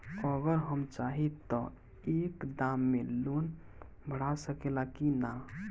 अगर हम चाहि त एक दा मे लोन भरा सकले की ना?